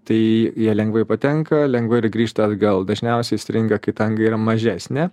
tai jie lengvai patenka lengvai ir grįžta atgal dažniausiai stringa kai ta anga yra mažesnė